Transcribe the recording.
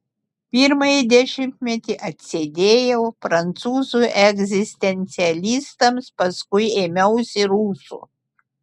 pirmąjį dešimtmetį atsidėjau prancūzų egzistencialistams paskui ėmiausi rusų